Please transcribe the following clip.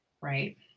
Right